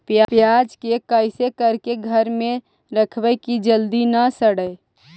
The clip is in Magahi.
प्याज के कैसे करके घर में रखबै कि जल्दी न सड़ै?